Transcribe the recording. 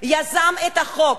יזם את החוק